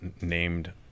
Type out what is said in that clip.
named